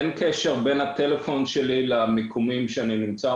ואין קשר בין הטלפון שלי למיקומים שאני נמצא,